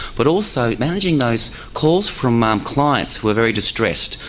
but also managing those calls from um clients who are very distressed,